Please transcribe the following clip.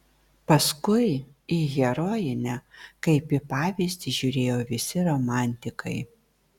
paskui į herojinę kaip į pavyzdį žiūrėjo visi romantikai